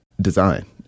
design